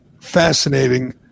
fascinating